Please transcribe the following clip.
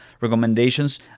recommendations